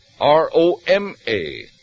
R-O-M-A